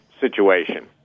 situation